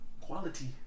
quality